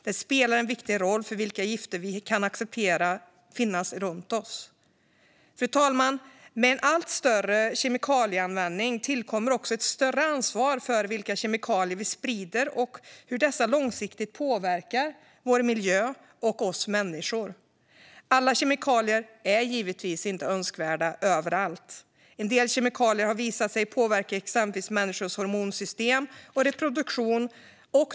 Det spelar en viktig roll för vilka gifter som kan accepteras i omgivningen. Fru talman! Med en allt större kemikalieanvändning kommer också ett större ansvar för vilka kemikalier människan sprider och hur de långsiktigt påverkar miljön och oss själva. Alla kemikalier är givetvis inte önskvärda överallt. En del kemikalier har visat sig påverka exempelvis människans hormonsystem och reproduktion.